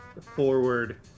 forward